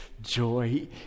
joy